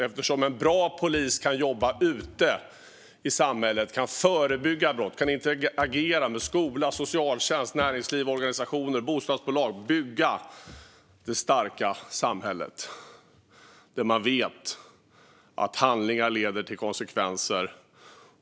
En bra polis kan nämligen jobba ute i samhället och kan förebygga brott, kan interagera med skola, socialtjänst, näringsliv, organisationer och bostadsbolag och bygga det starka samhället där man vet att handlingar leder till konsekvenser.